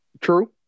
True